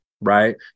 right